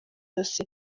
yose